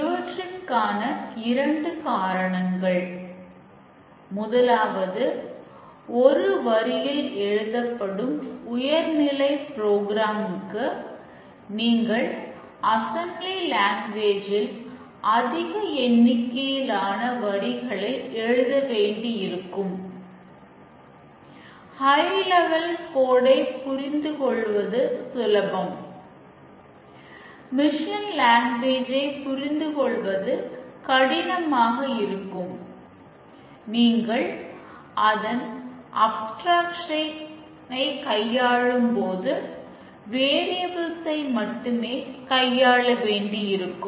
இவற்றிற்கான இரண்டு காரணங்கள் முதலாவது ஒரு வரியில் எழுதப்படும் உயர்நிலை புரோகிராம் ஐ மட்டுமே கையாள வேண்டியிருக்கும்